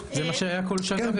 זה מה שהיה בכל שנה.